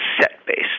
set-based